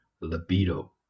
libido